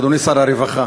אדוני שר הרווחה,